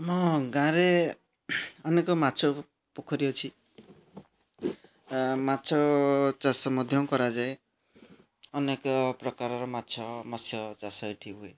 ଆମ ଗାଁରେ ଅନେକ ମାଛ ପୋଖରୀ ଅଛି ମାଛ ଚାଷ ମଧ୍ୟ କରାଯାଏ ଅନେକ ପ୍ରକାରର ମାଛ ମତ୍ସ୍ୟ ଚାଷ ଏଠି ହୁଏ